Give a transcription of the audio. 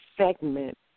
Segment